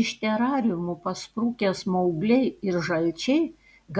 iš terariumų pasprukę smaugliai ir žalčiai